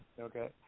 okay